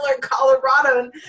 Colorado